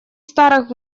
старых